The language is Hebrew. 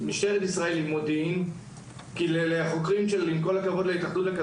עם כל הכבוד לחברת החקירות ויצמן-יער של התאחדות לכדורגל,